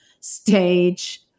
stage